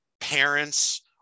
parents